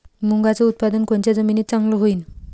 मुंगाचं उत्पादन कोनच्या जमीनीत चांगलं होईन?